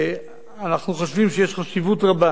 אנחנו חושבים שיש חשיבות רבה